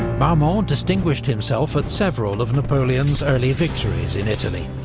marmont distinguished himself at several of napoleon's early victories in italy,